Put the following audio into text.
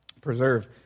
preserve